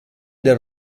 del